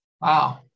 Wow